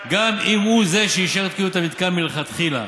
גם אם הוא שאישר את תקינות המתקן מלכתחילה.